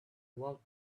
walked